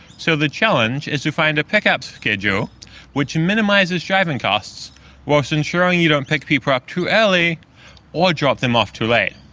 so the challenge is to find a pick-up schedule which minimises driving costs whilst ensuring you don't pick people up too early or drop them off too late.